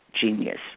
genius